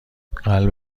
قلب